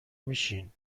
میشین